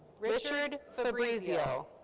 richard fabrizio.